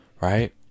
right